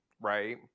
right